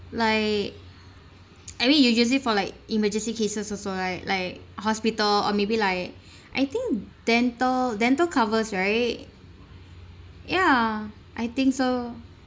like I mean you use it for like emergency cases also like like hospital or maybe like I think dental dental covers right ya I think so